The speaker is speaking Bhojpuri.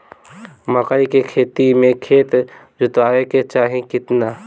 मकई के खेती मे खेत जोतावे के चाही किना?